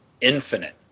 infinite